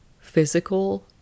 physical